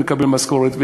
מקבלת משכורת,